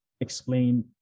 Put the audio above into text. explain